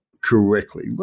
correctly